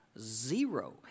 Zero